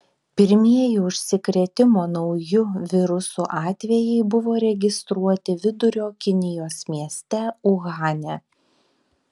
pirmieji užsikrėtimo nauju virusu atvejai buvo registruoti vidurio kinijos mieste uhane